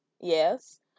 yes